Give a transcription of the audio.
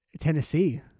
Tennessee